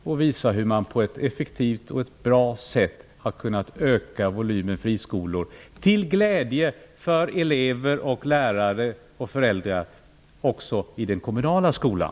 Man har på ett mycket effektivt och bra sätt kunnat öka volymen friskolor. Det har gjorts till glädje för elever och lärare samt föräldrar också i den kommunala skolan.